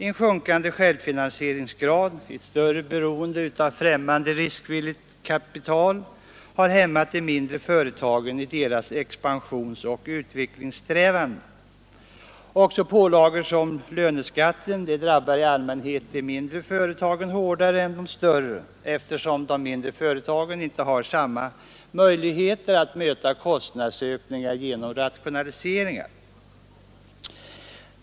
En sjunkande självfinansieringsgrad, ett större beroende av främmande riskvilligt kapital har hämmat de mindre företagen i deras expansionsoch utvecklingssträvanden. Också pålagor som löneskatten drabbar de mindre företagen hårdare än de större eftersom de mindre företagen inte har samma möjligheter att möta kostnadsökningar genom rationaliseringar.